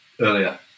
Earlier